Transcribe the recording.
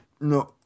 No